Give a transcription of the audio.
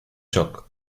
shook